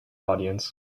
audience